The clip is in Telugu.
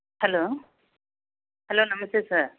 హలో హలో నమస్తే సార్